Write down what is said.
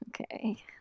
Okay